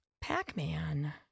Pac-Man